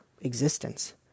existence